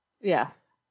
Yes